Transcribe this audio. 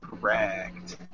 Correct